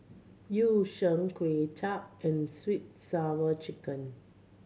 Yu Sheng Kuay Chap and sweet sour chicken